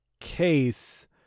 case